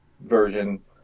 version